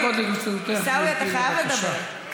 שלוש דקות לרשותך, גברתי.